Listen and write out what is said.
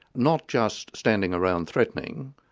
not just standing around threatening,